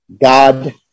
God